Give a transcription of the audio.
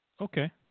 Okay